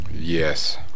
Yes